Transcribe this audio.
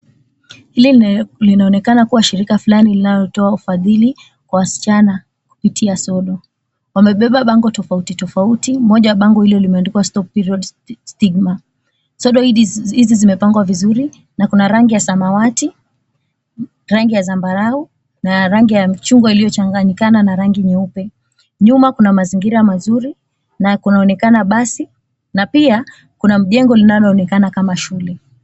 Hili linaonekana kuwa shirika fulani linalotoa ufadhili kwa wasichana kupitia sodo. Wamebea bango tofauti tofauti, moja wa bango hilo limeandikwa Stop Period Stigma. Sodo hizi zimepangwa vizuri na kuna rangi ya samawati, rangi ya zambarau na rangi ya chungwa iliyochanganyikana na rangi nyeupe. Nyuma kuna mazingira mazuri na kunaonekana basi na pia kuna mjengo linaloonekana kama shule.